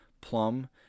plum